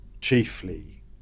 chiefly